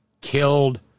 killed